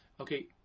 Okay